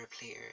player